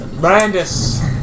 Brandis